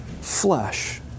flesh